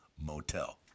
Motel